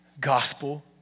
gospel